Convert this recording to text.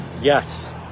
Yes